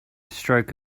stroke